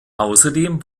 außerdem